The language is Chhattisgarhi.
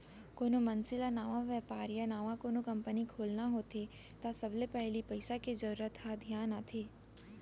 कोनो मनसे ल नवा बेपार या नवा कोनो कंपनी खोलना होथे त सबले पहिली पइसा के जरूरत ह धियान आथे